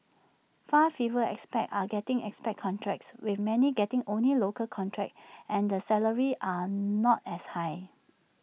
far fewer expats are getting expat contracts with many getting only local contracts and the salaries are not as high